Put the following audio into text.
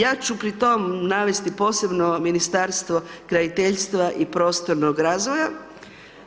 Ja ću pri tom navesti posebno Ministarstvo graditeljstva i prostornog razvoja,